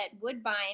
Woodbine